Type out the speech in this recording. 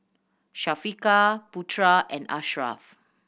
Syafiqah Putera and Ashraf